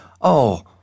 Oh